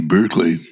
Berkeley